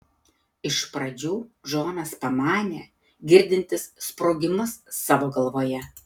iš pradžių džonas pamanė girdintis sprogimus savo galvoje